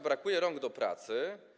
Brakuje rąk do pracy.